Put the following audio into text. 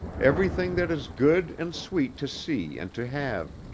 everything that is good and sweet to see and to have,